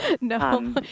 No